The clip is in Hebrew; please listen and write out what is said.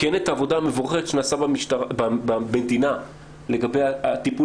יש עבודה מבורכת שנעשית במדינה לגבי הטיפול